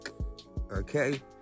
Okay